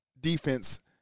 defense